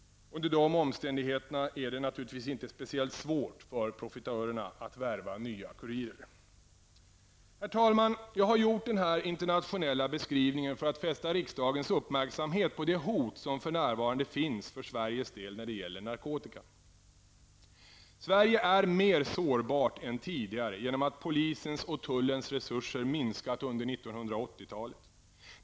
Under dessa omständigheter är det naturligtvis inte speciellt svårt för profitörerna att värva nya kurirer. Herr talman! Jag har gjort den här internationella beskrivningen för att fästa riksdagens uppmärksamhet på det hot som för närvarande finns för Sveriges del när det gäller narkotikan. Sverige är mer sårbart än tidigare genom att polisens och tullens resurser minskat under 1980 talet.